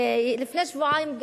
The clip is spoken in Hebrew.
ולפני שבועיים,